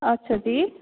ਅੱਛਾ ਜੀ